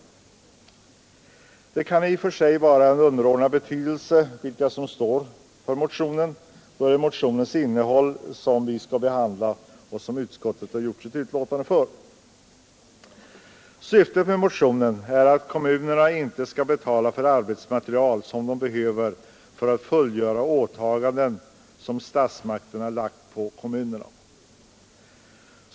Det kan för all del i och för sig vara av underordnad betydelse vilka som står för motionen, eftersom det är motionens innehåll som vi skall behandla och som utskottet har avgivit sitt betänkande över. Syftet med motionen är att kommunerna inte skall betala för arbetsmaterial som de behöver för att fullgöra åtaganden som statsmakterna lagt på kommunerna.